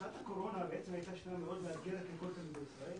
שנת הקורונה בעצם הייתה שנה מאוד מאתגרת לכל תלמידי ישראל,